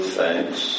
thanks